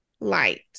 light